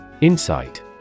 Insight